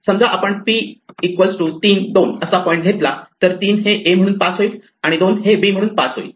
समजा जर आपण P 3 2 असा पॉईंट घेतला तर 3 हे a म्हणून पास होईल आणि 2 हे b म्हणून पास होईल